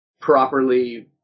properly